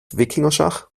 wikingerschach